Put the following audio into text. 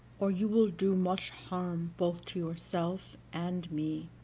or you will do much harm both to yourself and me.